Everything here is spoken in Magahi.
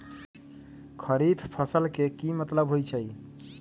खरीफ फसल के की मतलब होइ छइ?